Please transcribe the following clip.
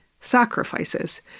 sacrifices